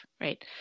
right